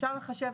אפשר לחשב,